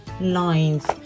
lines